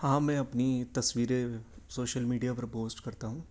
ہاں میں اپنی تصویریں شوشل میڈیا پر پوسٹ کرتا ہوں